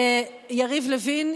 יריב לוין,